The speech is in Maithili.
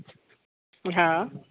हँ